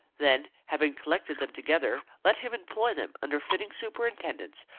then, having collected them together, let him employ them, under fitting superintendence,